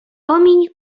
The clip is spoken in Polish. omiń